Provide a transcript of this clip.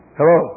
Hello